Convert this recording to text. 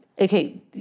okay